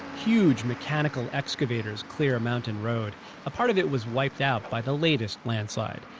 huge mechanical excavators clear a mountain road a part of it was wiped out by the latest landslide.